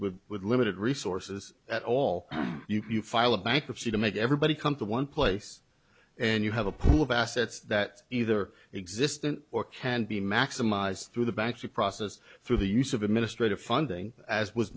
with with limited resources at all you can file a bankruptcy to make everybody come to one place and you have a pool of assets that either existant or can be maximized through the banks a process through the use of administrative funding as was